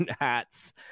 hats